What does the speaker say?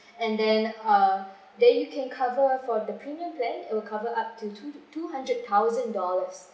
and then uh there you can cover for the premium plan it will cover up to two two hundred thousand dollars